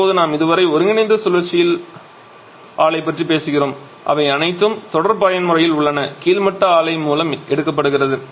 இப்போது நாம் இதுவரை ஒருங்கிணைந்த சுழற்சி ஆலை பற்றி பேசுகிறோம் அவை அனைத்தும் தொடர் பயன்முறையில் உள்ளன அதாவது மேல்மட்ட ஆலை நிராகரிக்கப்பட்ட ஆற்றலின் அளவு கீழ்மட்ட ஆலை மூலம் எடுக்கப்படுகிறது